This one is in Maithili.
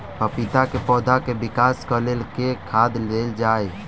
पपीता केँ पौधा केँ विकास केँ लेल केँ खाद देल जाए?